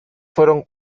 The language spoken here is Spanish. fueron